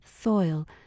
soil